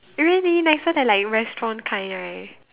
eh really nicer than like in restaurant kind right